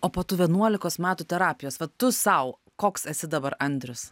o po tų vienuolikos metų terapijos va tu sau koks esi dabar andrius